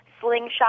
slingshot